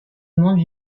envoient